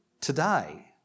today